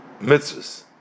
mitzvahs